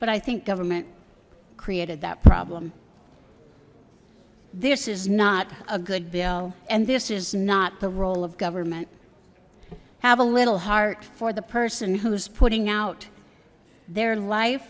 but i think government created that problem this is not a good bill and this is not the role of government have a little heart for the person who's putting out their life